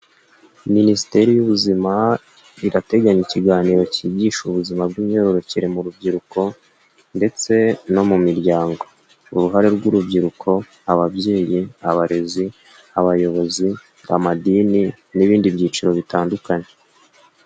Minisiteri y'ubuzima irateganya ikiganiro cyigisha ubuzima bw'imyororokere mu rubyiruko ,ndetse no mu miryango uruhare rw'urubyiruko, ababyeyi, abarezi abayobozi bamadini n'ibindi byiciro bitandukanye.